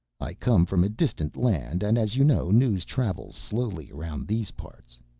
i come from a distant land and as you know news travels slowly around these parts.